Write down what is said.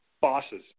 Bosses